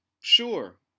sure